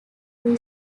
two